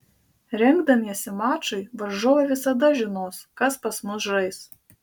rengdamiesi mačui varžovai visada žinos kas pas mus žais